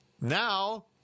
Now